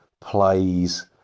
plays